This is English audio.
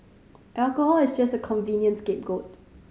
alcohol is just a convenient scapegoat